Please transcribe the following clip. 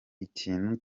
ikintu